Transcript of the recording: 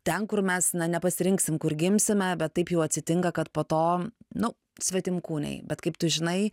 ten kur mes nepasirinksim kur gimsime bet taip jau atsitinka kad po to nu svetimkūniai bet kaip tu žinai